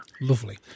lovely